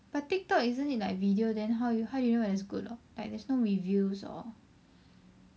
but Tiktok isn't it like video then how you how do you know whether it's good or not like there's no review or